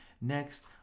next